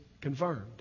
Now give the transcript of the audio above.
confirmed